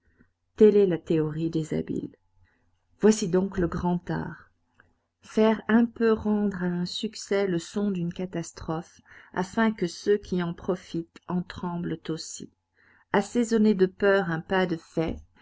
telle est la théorie des habiles voici donc le grand art faire un peu rendre à un succès le son d'une catastrophe afin que ceux qui en profitent en tremblent aussi assaisonner de peur un pas de fait